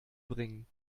bringen